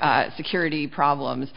for security problems